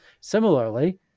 Similarly